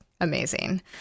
amazing